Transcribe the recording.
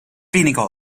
weniger